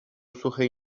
suchej